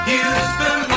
Houston